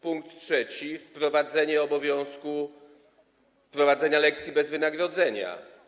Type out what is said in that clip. Punkt trzeci: wprowadzenie obowiązku prowadzenia lekcji bez wynagrodzenia.